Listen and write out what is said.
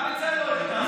גם את זה לא הכנסתם.